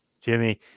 jimmy